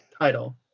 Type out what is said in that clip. title